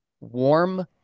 warm